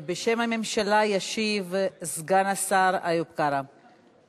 בשם הממשלה ישיב סגן השר איוב קרא.